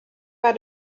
war